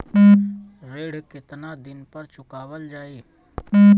ऋण केतना दिन पर चुकवाल जाइ?